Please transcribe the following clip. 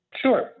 sure